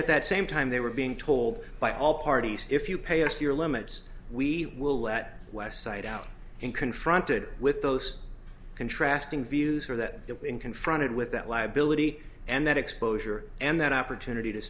and at that same time they were being told by all parties if you pay us your limits we will let west side out and confronted with those contrasting views for that that when confronted with that liability and that exposure and that opportunity to